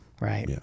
Right